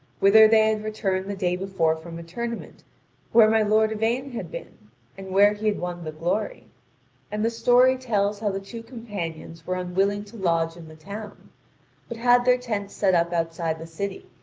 whither they had returned the day before from a tournament where my lord yvain had been and where he had won the glory and the story tells how the two companions were unwilling to lodge in the town, but had their tents set up outside the city,